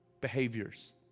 behaviors